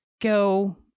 go-